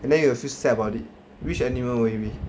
and then you will feel sad about it which animal will it be